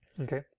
okay